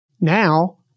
Now